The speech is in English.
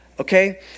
okay